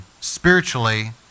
spiritually